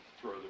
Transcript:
throw